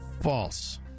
False